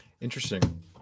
Interesting